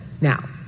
Now